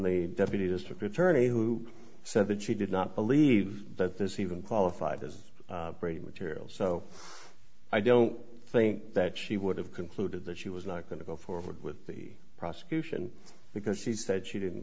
deputy district attorney who said that she did not believe that this even qualified as brady material so i don't think that she would have concluded that she was not going to go forward with the prosecution because she said she didn't